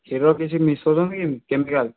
କ୍ଷୀର କିଛି ମିଶାଉଛନ୍ତି କି କେମିକାଲ୍